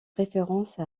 référence